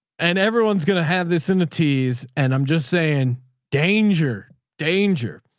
and everyone's going to have this in the teas and i'm just saying danger danger,